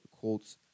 Colts